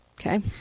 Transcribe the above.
Okay